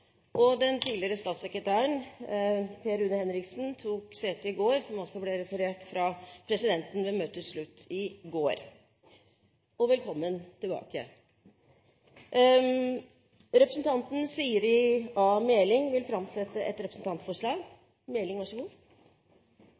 og anser det som vedtatt. Den tidligere statssekretæren, Per Rune Henriksen, har tatt sete som representant. Representanten Siri A. Meling vil framsette et representantforslag.